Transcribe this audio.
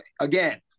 again